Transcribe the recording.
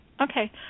okay